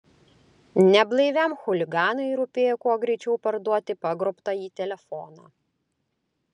neblaiviam chuliganui rūpėjo kuo greičiau parduoti pagrobtąjį telefoną